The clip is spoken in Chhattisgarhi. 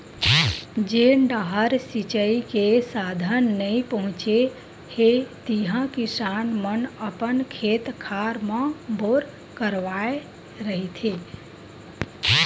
जेन डाहर सिचई के साधन नइ पहुचे हे तिहा किसान मन अपन खेत खार म बोर करवाए रहिथे